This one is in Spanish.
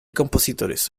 compositores